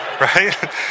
right